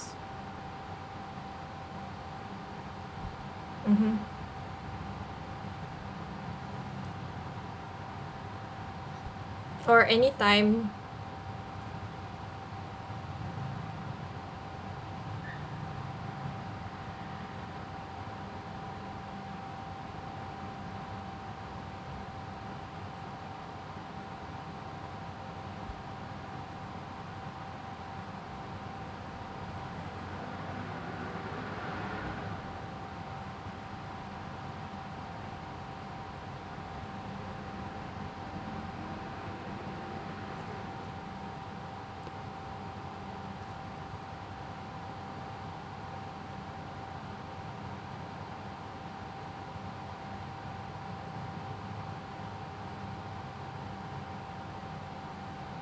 mmhmm or anytime